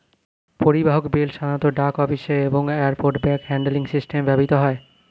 পরিবাহক বেল্ট সাধারণত ডাক অফিসে এবং এয়ারপোর্ট ব্যাগ হ্যান্ডলিং সিস্টেমে ব্যবহৃত হয়